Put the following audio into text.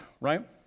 right